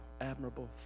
admirable